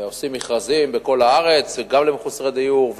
עושים מכרזים בכל הארץ גם למחוסרי דיור,